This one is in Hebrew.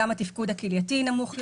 גם התפקוד הכלייתי נמוך יותר.